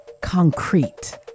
concrete